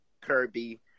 Kirby